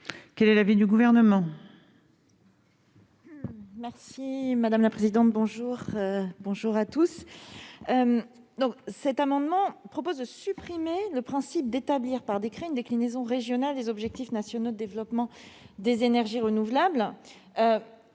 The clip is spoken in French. Quel est l'avis du Gouvernement ?